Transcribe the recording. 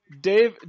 Dave